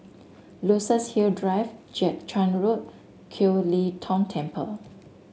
Luxus Hill Drive Jiak Chuan Road and Kiew Lee Tong Temple